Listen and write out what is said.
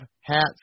hats